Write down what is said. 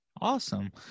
Awesome